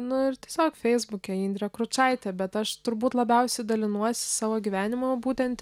nu ir tiesiog feisbuke indrė kručaitė bet aš turbūt labiausiai dalinuosi savo gyvenimu būtent